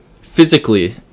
physically